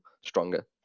stronger